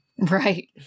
Right